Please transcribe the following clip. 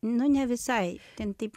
nu ne visai ten taip